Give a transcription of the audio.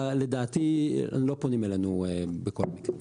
לדעתי לא פונים אלינו בכל מקרה.